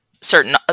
certain